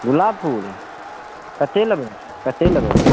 गुलाब फूल कतेक लेबै कतेक लेबै